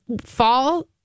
fall